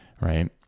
Right